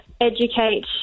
educate